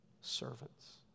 servants